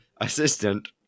Assistant